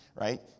right